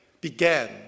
began